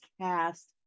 cast